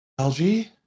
LG